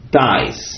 dies